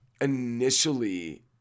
initially